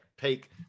take